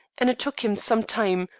and it took him some time,